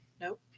Nope